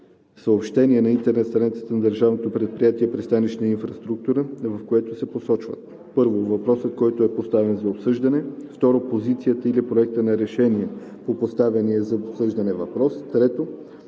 на интернет страницата на Държавно предприятие „Пристанищна инфраструктура“, в което се посочват: 1. въпросът, който е поставен за обсъждане; 2. позицията или проектът на решение по поставения за обсъждане въпрос; 3.